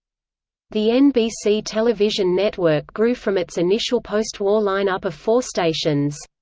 the nbc television network grew from its initial post-war lineup of four stations.